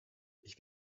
ich